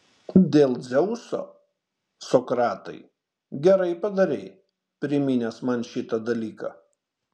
dėl dzeuso sokratai gerai padarei priminęs man šitą dalyką